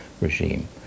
regime